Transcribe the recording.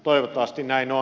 toivottavasti näin on